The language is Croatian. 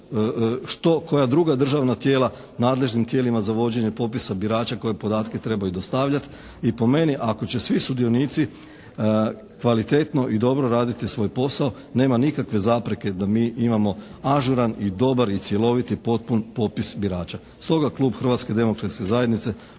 koja druga državna tijela nadležnim tijelima za vođenje popisa birača koje podatke trebaju dostavljati i po meni ako će svi sudionici kvalitetno i dobro raditi svoj posao nema nikakve zapreke da mi imamo ažuran i dobar i cjeloviti, potpun popis birača. Stoga Klub Hrvatske demokratske zajednice